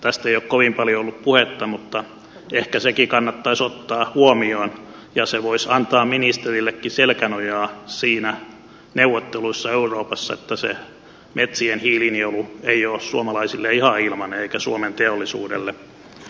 tästä ei ole kovin paljoa ollut puhetta mutta ehkä sekin kannattaisi ottaa huomioon ja se voisi antaa ministerillekin selkänojaa neuvotteluissa euroopassa että se metsien hiilinielu ei ole suomalaisille ihan ilmainen eikä suomen teollisuudelle